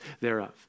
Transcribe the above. thereof